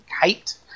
Kite